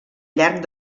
llarg